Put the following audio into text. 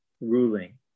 ruling